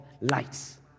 lights